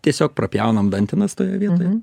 tiesiog prapjaunam dantenas toje vietoje